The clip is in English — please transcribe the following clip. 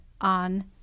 on